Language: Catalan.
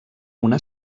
una